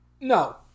No